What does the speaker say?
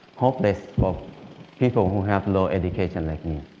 hopeless for people who have low education, like me.